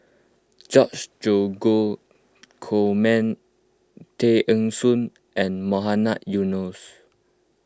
George Dromgold Coleman Tay Eng Soon and Mohamed Eunos Abdullah